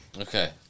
Okay